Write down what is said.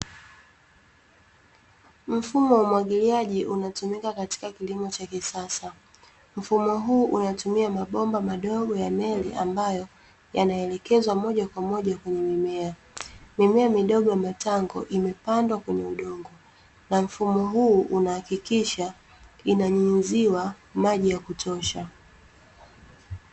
Mfumo wa umwagiliaji unatumika katika kilimo cha kisasa. Mfumo huu unatumia mabomba madogo ya neli ambayo, yanaelekezwa moja kwamoja kwenye mimea. Mimea midogo ya matango imepandwa kwenye udongo, na mfumo huu unahakikisha inanyunyiziwa maji ya kutosha.